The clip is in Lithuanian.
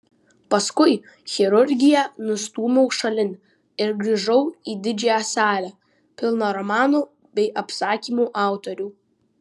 paskui chirurgiją nustūmiau šalin ir grįžau į didžiąją salę pilną romanų bei apsakymų autorių